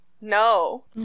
no